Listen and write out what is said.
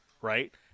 right